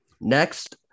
Next